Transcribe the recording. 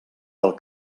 del